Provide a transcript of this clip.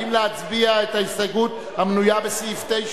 האם להצביע על ההסתייגות המנויה במס' 9?